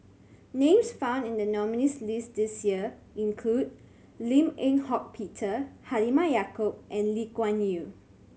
names found in the nominees' list this year include Lim Eng Hock Peter Halimah Yacob and Lee Kuan Yew